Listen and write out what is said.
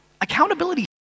Accountability